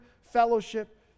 fellowship